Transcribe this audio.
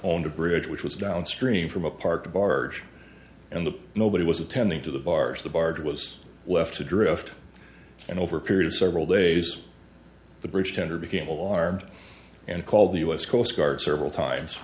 the bridge which was downstream from a parked barge and the nobody was attending to the bars the barge was left to drift and over a period of several days the bridge tender became alarmed and called the u s coast guard several times